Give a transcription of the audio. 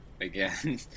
again